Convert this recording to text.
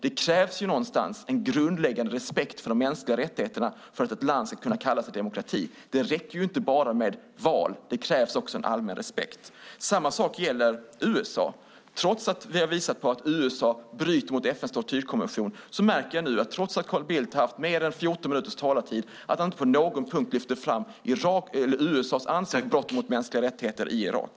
Det krävs någonstans en grundläggande respekt för de mänskliga rättigheterna för att ett land ska kunna kalla sig demokrati. Det räcker inte med bara val, utan det krävs också en allmän respekt. Samma sak gäller USA. Trots att vi har visat att USA bryter mot FN:s tortyrkonvention märker jag nu att trots att Carl Bildt har haft mer än 14 minuters talartid har han inte på någon punkt lyft fram USA:s brott mot mänskliga rättigheter i Irak.